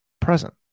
present